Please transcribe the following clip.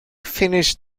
finished